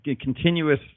continuous